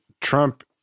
Trump